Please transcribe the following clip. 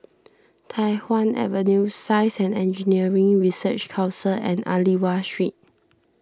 Tai Hwan Avenue Science and Engineering Research Council and Aliwal Street